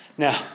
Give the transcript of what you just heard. Now